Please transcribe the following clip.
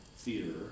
theater